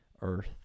earth